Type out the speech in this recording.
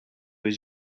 his